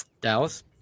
Dallas